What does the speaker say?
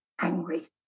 angry